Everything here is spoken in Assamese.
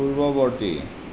পূৰ্ৱৱৰ্তী